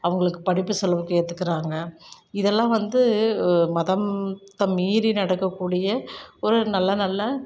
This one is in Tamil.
அவங்களுக்கு படிப்பு செலவுக்கு ஏற்றுக்கறாங்க இதெல்லாம் வந்து மதம்த்தை மீறி நடக்கக்கூடிய ஒரு நல்ல நல்ல